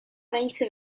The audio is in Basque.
oraintxe